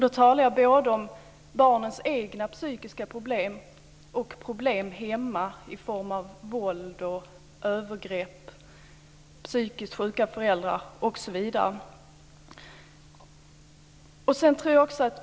Då talar jag både om barnens egna psykiska problem och om problem hemma i form av våld, övergrepp, psykiskt sjuka föräldrar osv.